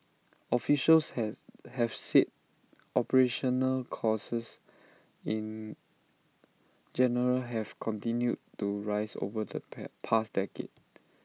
officials has have said operational costs in general have continued to rise over the pa past decade